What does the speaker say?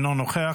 אינו נוכח,